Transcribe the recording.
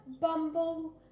Bumble